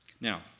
Now